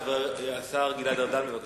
השר גלעד ארדן, בבקשה.